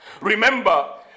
Remember